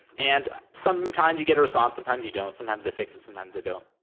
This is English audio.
and sometimes, you get a response. sometimes, you don't. sometimes, they fix it. sometimes, they don't.